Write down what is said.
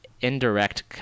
indirect